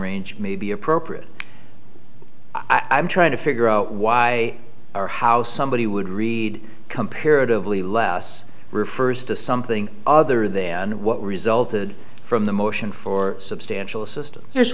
range may be appropriate i'm trying to figure out why or how somebody would read comparatively less refers to something other than what resulted from the motion for substantial system here's